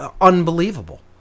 unbelievable